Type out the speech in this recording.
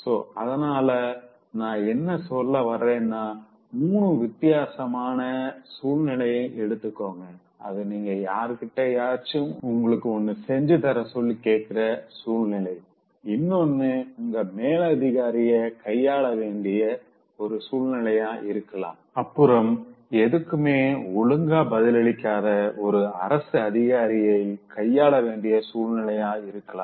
so அதனால நா என்ன சொல்ல வர்றேன்னா மூனு வித்தியாசமான சூழ்நிலைய எடுத்துக்கோங்க அது நீங்க யார்கிட்டயாச்சும் உங்களுக்கு ஒன்னு செஞ்சு தர சொல்லி கேக்குற சூழ்நிலை இன்னொன்னு உங்க மேலதிகாரிய கையாள வேண்டிய ஒரு சூழ்நிலையா இருக்கலாம் அப்புறம் எதுக்குமே ஒழுங்கா பதிலளிக்காத ஒரு அரசு அதிகாரிய கையாள வேண்டிய சூழ்நிலையா இருக்கலாம்